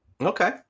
Okay